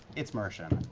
it's marisha